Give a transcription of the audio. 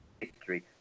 history